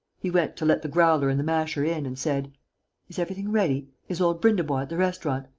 he went to let the growler and the masher in and said is everything ready? is old brindebois at the restaurant?